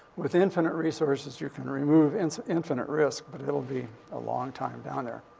with infinite resources, you can remove and so infinite risk. but it'll be a long time down there.